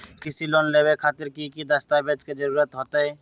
कृषि लोन लेबे खातिर की की दस्तावेज के जरूरत होतई?